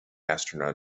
aeronaut